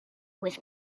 with